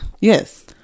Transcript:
yes